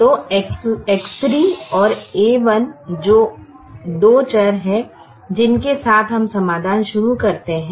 तो X3 और a1 दो चर हैं जिनके साथ हम समाधान शुरू करते हैं